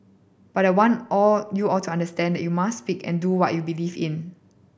but I want all you all to understand that you must speak and do what you believe in